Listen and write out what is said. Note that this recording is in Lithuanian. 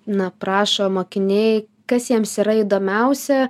na prašo mokiniai kas jiems yra įdomiausia